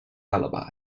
alibi